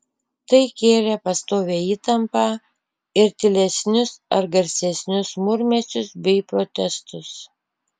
tai kėlė pastovią įtampą ir tylesnius ar garsesnius murmesius bei protestus